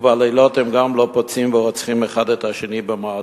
ובלילות הם גם לא פוצעים ורוצחים אחד את השני במועדונים.